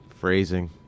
Phrasing